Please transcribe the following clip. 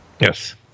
Yes